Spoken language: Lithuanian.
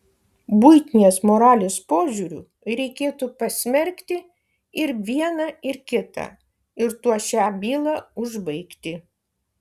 buitinės moralės požiūriu reikėtų pasmerkti ir vieną ir kitą ir tuo šią bylą užbaigti